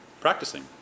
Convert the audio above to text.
practicing